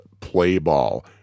Playball